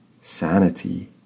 sanity